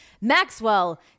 Maxwell